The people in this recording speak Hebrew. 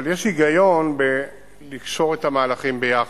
אבל יש היגיון לקשור את המהלכים ביחד.